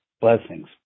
Blessings